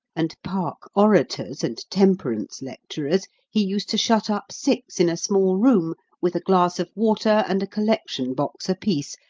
and park orators and temperance lecturers he used to shut up six in a small room with a glass of water and a collection-box apiece,